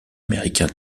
américain